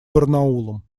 барнаулом